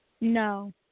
No